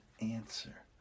answer